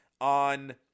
on